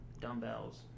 Dumbbells